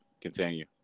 Continue